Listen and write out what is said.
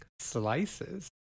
Slices